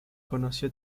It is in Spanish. conoció